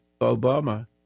Obama